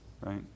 right